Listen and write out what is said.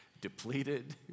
Depleted